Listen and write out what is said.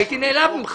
הייתי נעלב ממך.